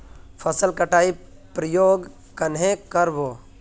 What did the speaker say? फसल कटाई प्रयोग कन्हे कर बो?